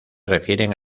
refieren